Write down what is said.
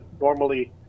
normally